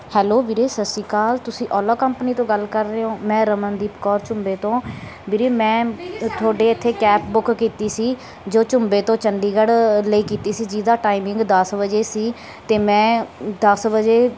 hello ਵੀਰੇ ਸਤਿ ਸ਼੍ਰੀ ਅਕਾਲ ਤੁਸੀਂ Ola company ਤੋਂ ਗੱਲ ਕਰ ਰਹੇ ਹੋ ਮੈਂ ਰਮਨਦੀਪ ਕੌਰ ਝੁੰਬੇ ਤੋਂ ਵੀਰੇ ਮੈਂ ਤੁਹਾਡੇ ਇੱਥੇ ਕੈਬ ਬੁੱਕ ਕੀਤੀ ਸੀ ਜੋ ਝੁੰਬੇ ਤੋਂ ਚੰਡੀਗੜ੍ਹ ਲਈ ਕੀਤੀ ਸੀ ਜਿਹਦਾ ਟਾਈਮਿੰਗ ਦਸ ਵਜੇ ਸੀ ਅਤੇ ਮੈਂ ਦਸ ਵਜੇ